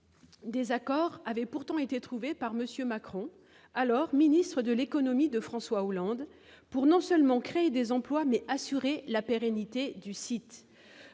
Des accords avaient pourtant été trouvés par M. Macron, alors ministre de l'économie de François Hollande pour non seulement créer des emplois, mais aussi assurer la pérennité du site.